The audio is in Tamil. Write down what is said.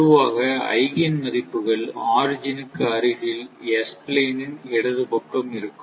பொதுவாக ஐகேன் மதிப்புகள் ஆரிஜினுக்கு அருகில் S பிளேனின் இடது பக்கம் இருக்கும்